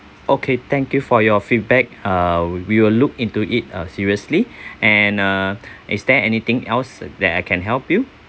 okay thank you for your feedback uh we will look into it uh seriously and uh is there anything else that I can help you